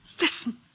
Listen